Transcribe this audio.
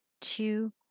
two